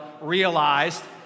realized